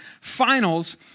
finals